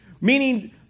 Meaning